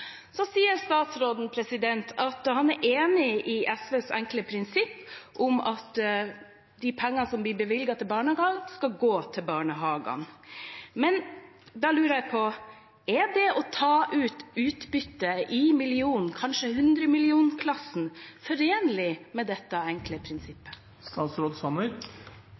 Så sier statsråden at han er enig i SVs enkle prinsipp om at de pengene som blir bevilget til barnehagene, skal gå til barnehagene. Men da lurer jeg på om det å ta ut utbytte i millionklassen – kanskje i hundremillionersklassen – er forenlig med dette enkle prinsippet?